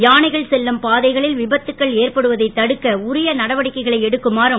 யானைகள் செல்லும் பாதைகளில் விபத்துகள் ஏற்படுவதை தடுக்க உரிய நடவடிக்கைகளை எடுக்குமாறும்